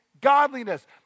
godliness